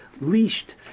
leashed